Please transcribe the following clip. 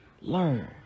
learn